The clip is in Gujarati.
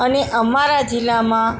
અને અમારા જિલ્લામાં